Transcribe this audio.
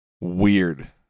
weird